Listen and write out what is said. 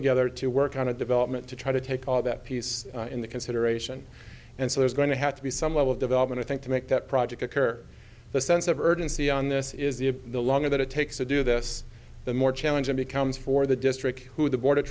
together to work on a development to try to take all that piece in the consideration and so there's going to have to be some level of development i think to make that project occur the sense of urgency on this is the longer that it takes to do this the more challenging becomes for the district who the board of